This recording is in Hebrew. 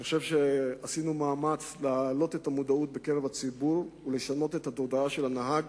אני חושב שעשינו מאמץ להעלות את מודעות הציבור ולשנות את התודעה של הנהג